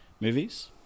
Movies